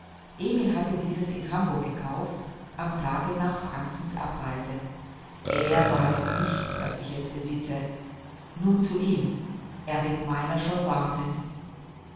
emil hatte dieses in hamburg gekauft am tage nach franzens abreise er weiß nicht daß ich es besitze nun zu ihm er wird meiner schon warten